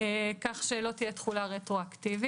כך שלא תהיה תחולה רטרואקטיבית.